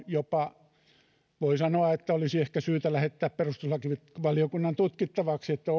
jopa että olisi ehkä syytä lähettää perustuslakivaliokunnan tutkittavaksi